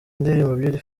indirimbo